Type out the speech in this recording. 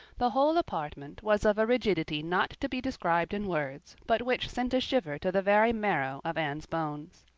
the whole apartment was of a rigidity not to be described in words, but which sent a shiver to the very marrow of anne's bones.